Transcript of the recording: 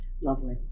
lovely